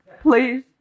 Please